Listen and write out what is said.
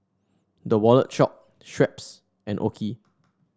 The Wallet Shop Schweppes and OKI